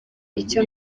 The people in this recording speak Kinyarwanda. icyo